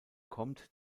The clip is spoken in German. kommt